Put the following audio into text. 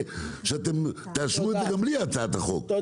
שאתם תאשרו את זה גם בלי הצעת החוק,